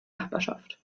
nachbarschaft